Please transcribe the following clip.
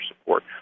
support